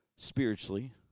spiritually